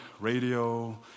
radio